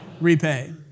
repay